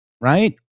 Right